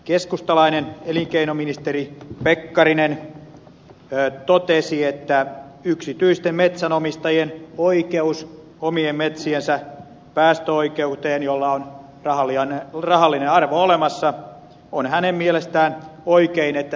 keskustalainen elinkeinoministeri pekkarinen totesi että hänen mielestään on oikein että yksityisten metsänomistajien oikeus omien metsiensä päästöoikeuteen jolla on rahallinen arvo olemassa on sosialisoitu